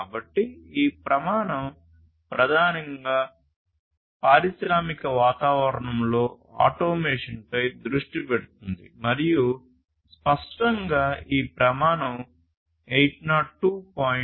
కాబట్టి ఈ ప్రమాణం ప్రధానంగా పారిశ్రామిక వాతావరణంలో ఆటోమేషన్ పై దృష్టి పెడుతుంది మరియు స్పష్టంగా ఈ ప్రమాణం 802